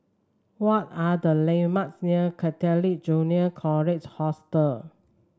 what are the landmarks near Catholic Junior College Hostel